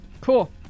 cool